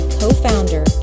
co-founder